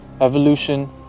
evolution